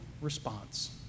response